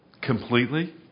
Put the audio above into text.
Completely